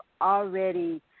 already